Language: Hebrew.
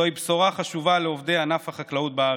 זוהי בשורה חשובה לעובדי ענף החקלאות בארץ.